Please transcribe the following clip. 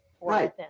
Right